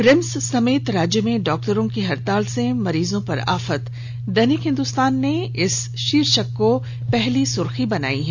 RIMS समेत राज्य में डॉक्टरों की हड़ताल से मरीजों पर आफत दैनिक हिंदुस्तान ने इस शीर्षक को अपनी पहली सुर्खी बनायी है